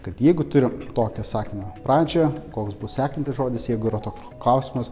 kad jeigu turim tokią sakinio pradžią koks bus sekantis žodis jeigu yra toks klausimas